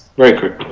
very correct?